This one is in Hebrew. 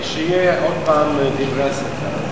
כשיהיו שוב דברי הסתה,